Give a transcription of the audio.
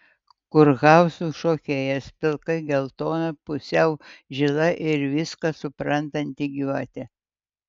kurhauzų šokėjas pilkai geltona pusiau žila ir viską suprantanti gyvatė